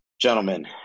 Gentlemen